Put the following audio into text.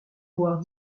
voir